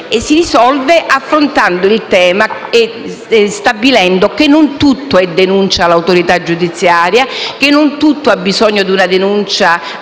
si risolve affrontando il tema e stabilendo che non tutto è denuncia all'autorità giudiziaria, non tutto ha bisogno di una denuncia al giudice